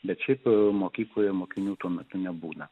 bet šiaip mokykloje mokinių tuo metu nebūna